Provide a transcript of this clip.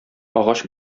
агач